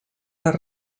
les